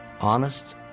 honest